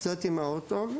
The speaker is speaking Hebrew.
יצאתי מהאוטו,